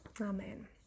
amen